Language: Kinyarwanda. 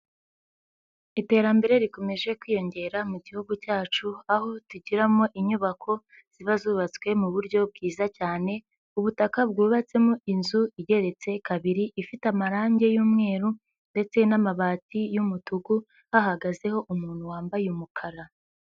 Iterambere rikomeje kwiyongera mu Gihugu cyacu, aho tugiramo inyubako ziba zubatswe mu buryo bwiza cyane, ubutaka bwubatsemo inzu igeretse kabiri ifite amarange y'umweru ndetse n'amabati y'umutuku, hahagazeho umuntu wambaye umukara.